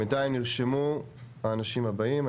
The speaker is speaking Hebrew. בנתיים נרשמו האנשים הבאים.